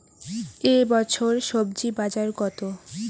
এ বছর স্বজি বাজার কত?